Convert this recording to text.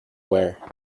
wear